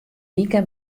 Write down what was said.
wike